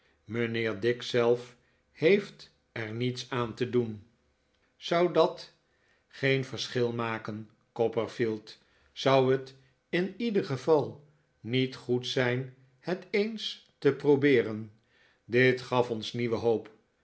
mijnheer dick zelf heeft er niets aan te doen zou dat geen verschil maken copperfield zou het in ieder geval niet goed zijn het eens te probeeren dit gaf ons nieuwe hoop